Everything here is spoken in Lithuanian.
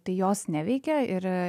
tai jos neveikia ir